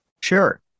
Sure